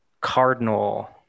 cardinal